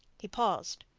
he paused.